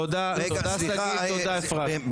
טוב, תודה שגית תודה אפרת.